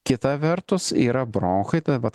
kita vertus yra bronchai tai vat